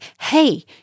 hey